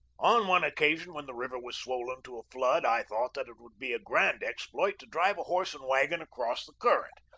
on one occasion, when the river was swollen to a flood, i thought that it would be a grand exploit to drive a horse and wagon across the current.